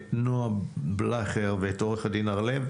את נועה בלכר ואת עו"ד הרלב